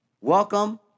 Welcome